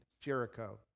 Jericho